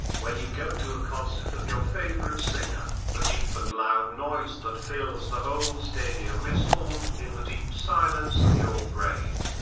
when you go to a concert of your favorite singer, the deep and loud noise that fills the whole stadium is formed in the deep silence of your brain.